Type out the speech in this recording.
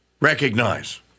recognize